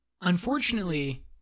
Unfortunately